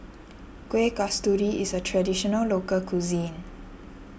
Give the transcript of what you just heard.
Kueh Kasturi is a Traditional Local Cuisine